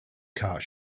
card